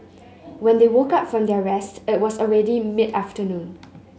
when they woke up from their rest it was already mid afternoon